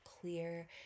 clear